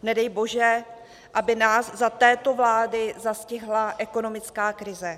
Nedej bože, aby nás za této vlády zastihla ekonomická krize.